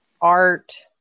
art